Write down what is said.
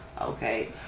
Okay